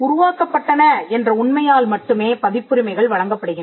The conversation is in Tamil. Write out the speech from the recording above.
உருவாக்கப்பட்டன என்ற உண்மையால் மட்டுமே பதிப்புரிமைகள் வழங்கப்படுகின்றன